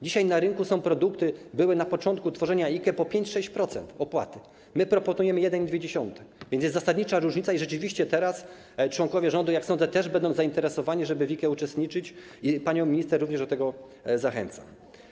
Dzisiaj na rynku są produkty, były na początku tworzenia IKE, po 5–6% opłaty, a my proponujemy 1,2, więc jest zasadnicza różnica, i rzeczywiście teraz członkowie rządu, jak sądzę, też będą zainteresowani, żeby w IKE uczestniczyć, i panią minister również do tego zachęcam.